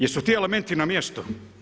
Jesu ti elementi na mjestu?